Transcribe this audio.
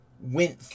went